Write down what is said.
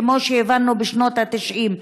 כמו שהבנו בשנות ה-90,